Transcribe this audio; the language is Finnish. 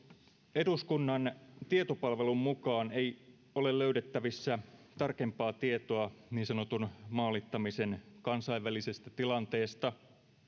eduskunnan tietopalvelun mukaan ei ole löydettävissä tarkempaa tietoa niin sanotun maalittamisen kansainvälisestä tilanteesta